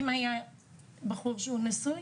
אם היה בחור נשוי